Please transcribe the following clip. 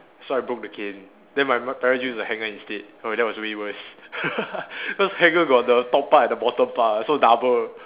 so I broke the cane then my m~ parents used the hanger instead oh that was way worse cause hanger got the top part and the bottom part ah so double